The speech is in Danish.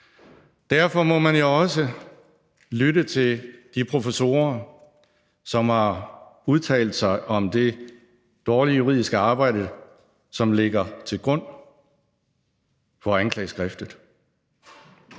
Derfor må man jo også lytte til de professorer, som har udtalt sig om det dårlige juridiske arbejde, som ligger til grund for anklageskriftet,